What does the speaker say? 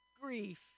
Grief